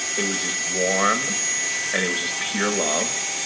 it was just warm and it was just pure love,